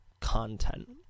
content